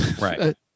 Right